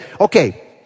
okay